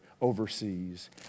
overseas